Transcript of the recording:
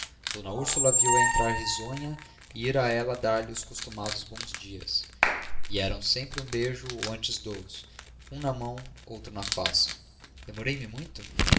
d úrsula viu-a entrar risonha e ir a dar-lhe os costumados bons dias que eram sempre um beijo ou antes dois um na mão outro na face demorei-me muito